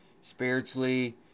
spiritually